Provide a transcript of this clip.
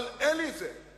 אבל אין לי את זה.